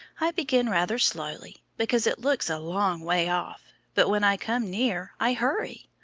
i begin rather slowly, because it looks a long way off, but when i come near i hurry.